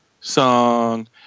song